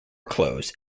close